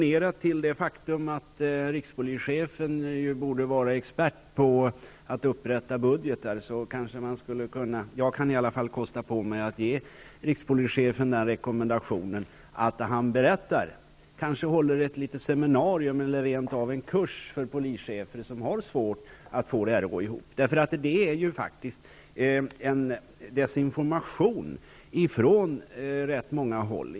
Eftersom rikspolischefen borde vara expert på att upprätta budget, kan jag kosta på mig att ge rikspolischefen rekommendationen att han berättar och kanske rent av håller en kurs för polischefer som har svårt att få det här att gå ihop. Det sker en desinformation från ganska många håll.